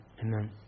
Amen